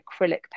acrylic